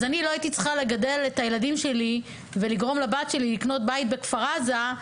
לא הייתי צריכה לגדל את הילדים שלי ולגרום לבת שלי לקנות בית בכפר עזה,